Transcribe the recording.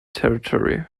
territory